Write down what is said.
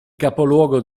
capoluogo